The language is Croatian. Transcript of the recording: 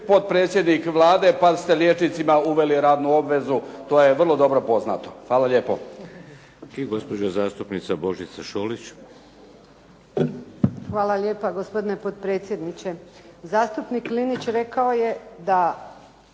potpredsjednik Vlade pa ste liječnicima uveli radnu obvezu. To je vrlo dobro poznato. Hvala lijepo. **Šeks, Vladimir (HDZ)** I gospođa zastupnica Božica Šolić. **Šolić, Božica (HDZ)** Hvala lijepa, gospodine potpredsjedniče. Zastupnik Linić rekao je da